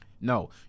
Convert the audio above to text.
No